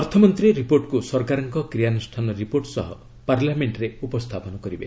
ଅର୍ଥ ମନ୍ତ୍ରୀ ରିପୋର୍ଟକୁ ସରକାରଙ୍କ କ୍ରିୟାନୁଷ୍ଠାନ ରିପୋର୍ଟ ସହ ପାର୍ଲାମେଷ୍ଟରେ ଉପସ୍ଥାପନ କରିବେ